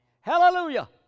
Hallelujah